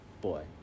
boy